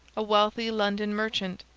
a wealthy london merchant,